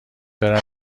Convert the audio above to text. برم